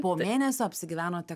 po mėnesio apsigyvenote